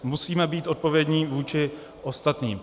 Musíme být odpovědní vůči ostatním.